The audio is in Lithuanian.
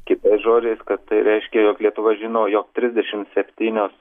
kitais žodžiais kad tai reiškia jog lietuva žino jog trisdešimt septynios